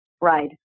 Ride